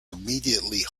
immediately